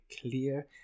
clear